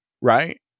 right